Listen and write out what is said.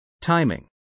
Timing